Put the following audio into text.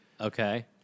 Okay